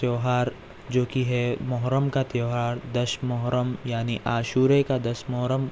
تیوہار جو کہ ہے محرّم کا تیوہار دس محرّم یعنی عاشورے کا دس محرّم